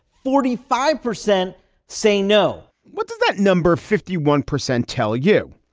forty five percent say no what does that number, fifty one percent, tell you?